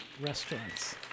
restaurants